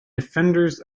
defenders